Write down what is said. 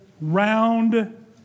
round